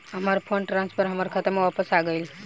हमार fund transfer हमार खाता में वापस आ गइल